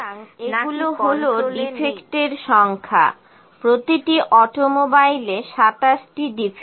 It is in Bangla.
সুতরাং এগুলো হলো ডিফেক্টের সংখ্যা প্রতিটি অটোমোবাইলে 27 টি ডিফেক্ট